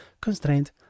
constraint